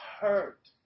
hurt